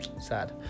sad